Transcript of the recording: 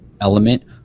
element